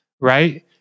right